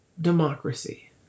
democracy